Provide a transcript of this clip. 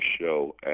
show